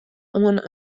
oan